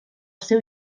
seu